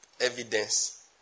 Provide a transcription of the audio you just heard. evidence